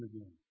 again